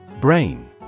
Brain